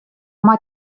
oma